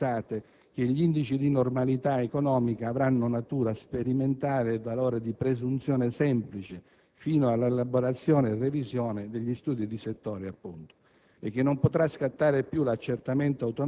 che prevedono, in accordo con le categorie interessate, che gli indici di normalità economica avranno natura sperimentale e valore di presunzione semplice fino all'elaborazione e revisione degli studi di settore e